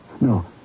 No